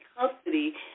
custody